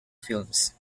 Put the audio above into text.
films